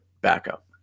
backup